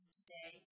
today